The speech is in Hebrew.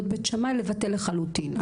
להיות בית שמאי ולבטל לחלוטין.